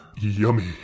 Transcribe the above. Yummy